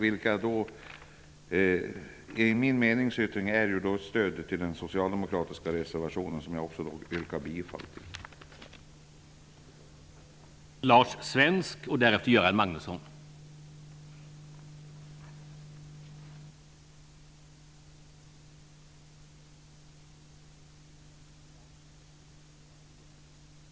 I min meningsyttring stödjer jag den socialdemokratiska reservationen, och jag yrkar bifall till denna.